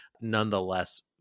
nonetheless